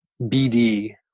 BD